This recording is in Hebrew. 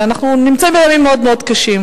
אנחנו נמצאים בימים מאוד מאוד קשים.